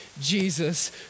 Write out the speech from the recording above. Jesus